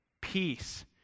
peace